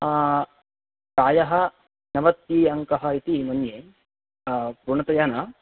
प्रायः नवति अङ्कः इति मन्ये पूर्णतया न